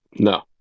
no